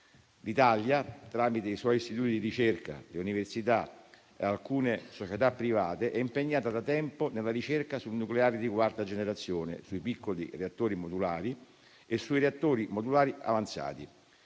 L'Italia, tramite i suoi istituti di ricerca, le università e alcune società private, è impegnata da tempo nella ricerca sul nucleare di quarta generazione, sui piccoli reattori modulari e sui reattori modulari avanzati.